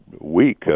week